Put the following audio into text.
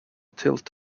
tilt